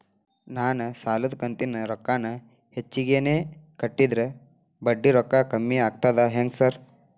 ನಾನ್ ಸಾಲದ ಕಂತಿನ ರೊಕ್ಕಾನ ಹೆಚ್ಚಿಗೆನೇ ಕಟ್ಟಿದ್ರ ಬಡ್ಡಿ ರೊಕ್ಕಾ ಕಮ್ಮಿ ಆಗ್ತದಾ ಹೆಂಗ್ ಸಾರ್?